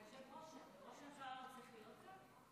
היושב-ראש, ראש הממשלה לא צריך להיות כאן?